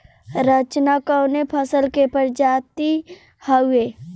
रचना कवने फसल के प्रजाति हयुए?